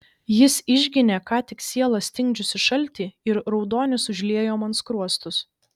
jis išginė ką tik sielą stingdžiusį šaltį ir raudonis užliejo man skruostus